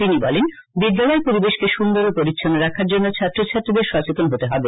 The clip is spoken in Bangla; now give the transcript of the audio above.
তিনি বলেন বিদ্যালয়ের পরিবেশকে সু ন্দর ও পরিচ্ছন্ন রাখার জন্য ছাত্র ছাত্রীদের সচেতন হতে হবে